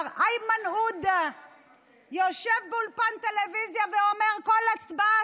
איימן עודה יושב באולפן טלוויזיה ואומר: כל הצבעה,